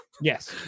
Yes